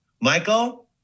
Michael